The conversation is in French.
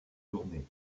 journée